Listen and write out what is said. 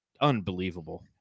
unbelievable